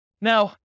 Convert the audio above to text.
Now